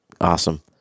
Awesome